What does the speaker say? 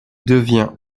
devient